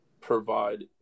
provide